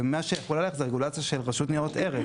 ומה שיחול עליך זו הרגולציה של רשות ניירות ערך.